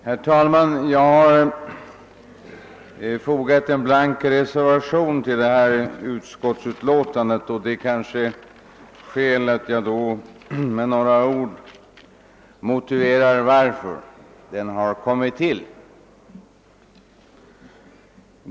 Herr talman! Jag har fogat en blank reservation till detta utskottsutlåtande, och jag vill med några ord motivera anledningen därtill.